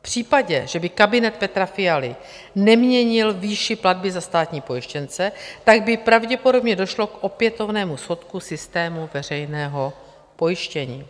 V případě, že by kabinet Petra Fialy neměnil výši platby za státní pojištěnce, tak by pravděpodobně došlo k opětovnému schodku systému veřejného pojištění.